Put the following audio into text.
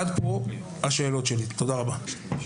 עד פה השאלות שלי, תודה רבה.